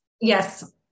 Yes